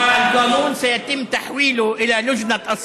(אומר בערבית: הצעת החוק תועבר לוועדת הבריאות,